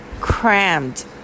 crammed